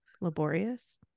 laborious